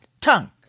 tongue